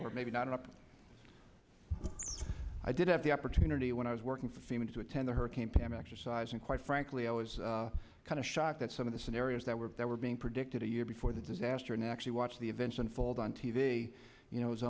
or maybe not up i did have the opportunity when i was working for feynman to attend the hurricane pam exercise and quite frankly i was kind of shocked that some of the scenarios that were that were being predicted a year before the disaster and actually watched the events unfold on t v you know it